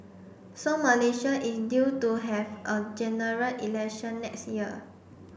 so Malaysia is due to have a General Election next year